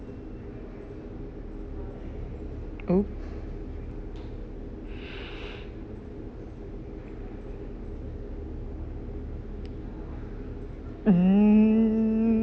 !oops! mm